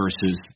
Versus